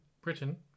Britain